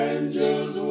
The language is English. Angels